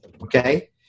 okay